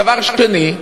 דבר שני,